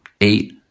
Eight